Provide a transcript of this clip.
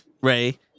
Ray